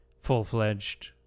full-fledged